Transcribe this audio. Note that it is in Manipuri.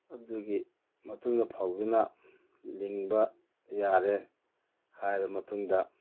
ꯑꯗꯨꯒꯤ ꯃꯇꯨꯡꯗ ꯐꯧꯗꯨꯅ ꯂꯤꯡꯕ ꯌꯥꯔꯦ ꯍꯥꯏꯔꯕ ꯃꯇꯨꯡꯗ